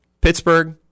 Pittsburgh